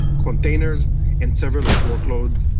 containers and serverless workloads,